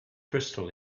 crystal